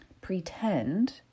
Pretend